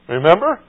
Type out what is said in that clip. Remember